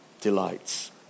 delights